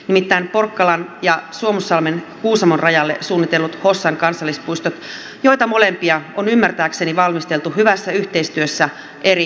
nimittäin porkkalan kansallispuistoa ja suomussalmen kuusamon rajalle suunniteltua hossan kansallispuistoa on molempia ymmärtääkseni valmisteltu hyvässä yhteistyössä eri toimijoiden kanssa